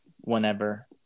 whenever